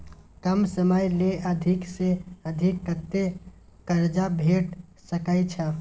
कम समय ले अधिक से अधिक कत्ते कर्जा भेट सकै छै?